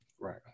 Right